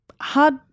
Hard